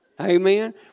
Amen